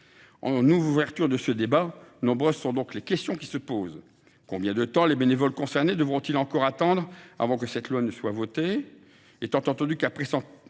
En ouverture de ce débat, de nombreuses questions se posent : combien de temps les bénévoles concernés devront ils encore attendre avant que cette loi ne soit votée ?